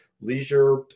leisure